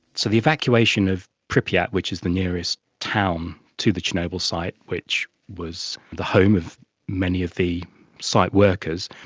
so the evacuation of pripyat, which is the nearest town to the chernobyl site which was the home of many of the site workers,